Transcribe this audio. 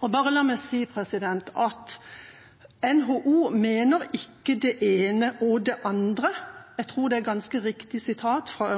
La meg bare si at NHO mener ikke «både det ene og det andre» – jeg tror det er et ganske riktig sitat fra